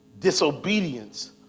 Disobedience